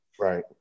right